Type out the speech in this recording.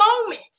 moment